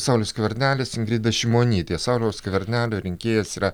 saulius skvernelis ingrida šimonytė sauliaus skvernelio rinkėjas yra